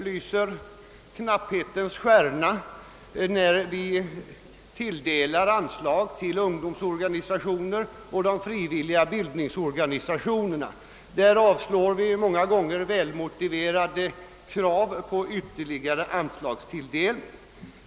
Under knapphetens kalla stjärna tilldelar vi anslag till ungdomsorganisationer och frivilliga bildningsorganisationer. Vi avslår många gånger väl motiverade krav på ytterligare anslagstilldelning.